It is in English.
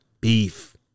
beef